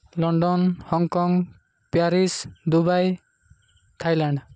London Hong Kong Paris Dubai Thailand